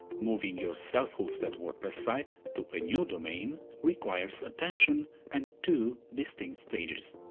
moving your self-hosted wordpress site to a new domain requires attention and two distinct stages.